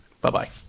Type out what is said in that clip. Bye-bye